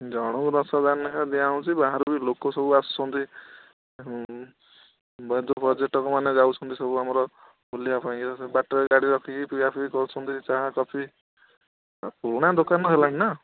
ଜଣଙ୍କୁ ଦଶହଜାର ଲେଖା ଦିଆ ହେଉଛି ବାହାରୁ ଲୋକ ସବୁ ଆସୁଛନ୍ତି ବହୁତ ପର୍ଯ୍ୟଟକମାନେ ଯାଉଛନ୍ତି ସବୁ ଆମର ବୁଲିବା ପାଇଁ ଏରା ସବୁ ବାଟରେ ଗାଡ଼ି ରଖିକି ପିଆ ପିଇ କରୁଛନ୍ତି ଚାହା କଫି ପୁରୁଣା ଦୋକାନ ହେଲାଣି ନା